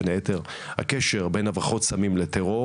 בין היתר הקשר בין הברחות סמים לטרור